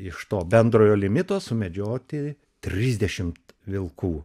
iš to bendrojo limito sumedžioti trisdešimt vilkų